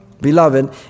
Beloved